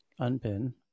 unpin